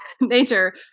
nature